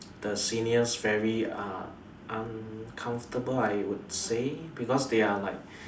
the seniors very uh uncomfortable I would say because they are like